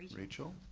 rachel.